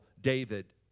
David